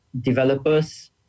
developers